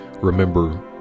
remember